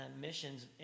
missions